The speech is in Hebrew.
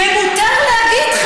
ומותר להגיד,